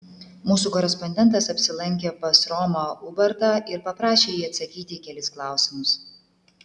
mūsų korespondentas apsilankė pas romą ubartą ir paprašė jį atsakyti į kelis klausimus